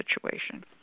situation